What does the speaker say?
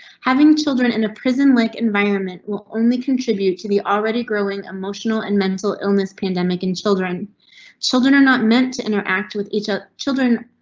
having children in a prison lick environment will only contribute to the already growing emotional and mental illness pandemic and children children are not meant to interact with each other ah children.